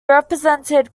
represented